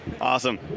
Awesome